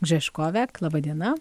gžeškove laba diena